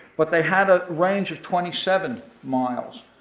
but they had a range of twenty seven miles.